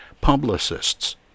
publicists